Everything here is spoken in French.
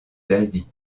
d’asie